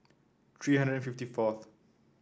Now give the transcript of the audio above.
three hundred and fifty four